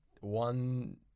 one